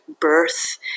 birth